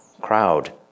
crowd